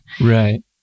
Right